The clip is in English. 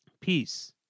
Peace